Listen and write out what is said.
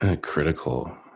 critical